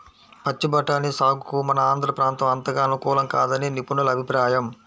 పచ్చి బఠానీ సాగుకు మన ఆంధ్ర ప్రాంతం అంతగా అనుకూలం కాదని నిపుణుల అభిప్రాయం